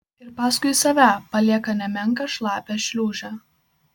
ir paskui save palieka nemenką šlapią šliūžę